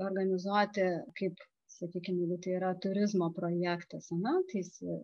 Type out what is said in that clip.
organizuoti kaip sakykim jeigu tai yra turizmo projektas ar ne tai jis